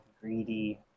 greedy